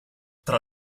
tra